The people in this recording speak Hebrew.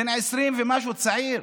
בן 20 ומשהו, צעיר,